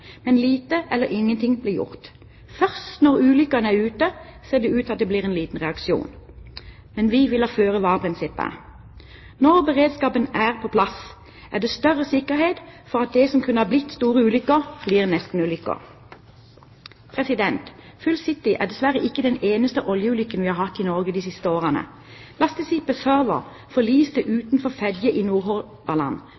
men lite eller ingenting blir gjort. Først når ulykken er ute, ser det ut til at det blir en liten reaksjon, men vi vil ha et føre var-prinsipp. Når beredskapen er på plass, er det større sikkerhet for at det som kunne ha blitt store ulykker, blir nestenulykker. «Full City»-havariet er dessverre ikke den eneste oljeulykken vi har hatt i Norge de siste årene.